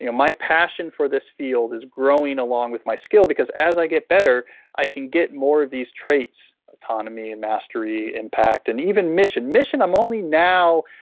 you know my passion for this field is growing along with my skill because as i get better i can get more of these traits autonomy and mastery impact and even mission. mission, i am only now,